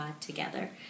together